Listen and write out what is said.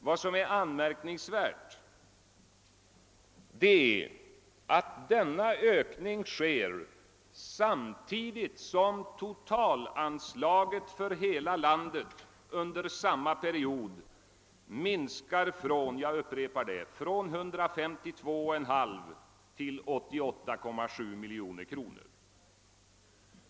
Vad som är anmärkningsvärt är att den sker under samma period som totalanslaget för hela landet minskar från 152,5 till 88,7 miljoner kronor.